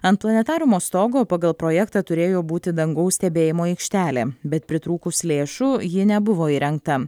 ant planetariumo stogo pagal projektą turėjo būti dangaus stebėjimo aikštelė bet pritrūkus lėšų ji nebuvo įrengta